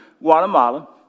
Guatemala